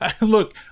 Look